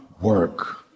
work